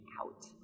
out